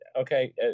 Okay